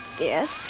Yes